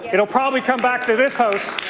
it will probably come back to this house